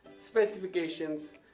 Specifications